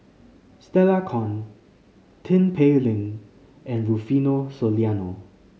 Stella Kon Tin Pei Ling and Rufino Soliano